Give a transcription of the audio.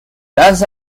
less